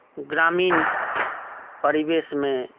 ग्रामीण परिवेशमे